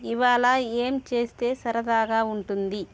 ఇవాళ ఏం చేస్తే సరదాగా ఉంటుంది